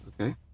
Okay